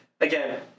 again